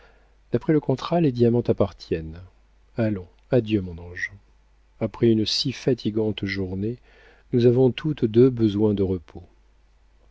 d'après le contrat les diamants t'appartiennent allons adieu mon ange après une si fatigante journée nous avons toutes deux besoin de repos